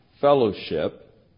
fellowship